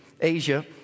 Asia